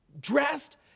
dressed